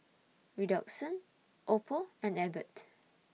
Redoxon Oppo and Abbott